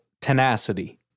tenacity